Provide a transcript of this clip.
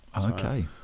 Okay